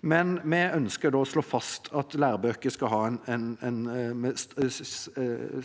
Vi ønsker da å slå fast at